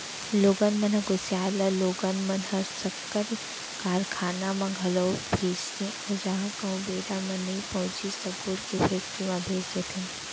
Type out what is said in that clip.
लोगन मन ह कुसियार ल लोगन मन ह सक्कर कारखाना म घलौ भेजथे अउ उहॉं कहूँ बेरा म नइ पहुँचिस त गुड़ के फेक्टरी म भेज देथे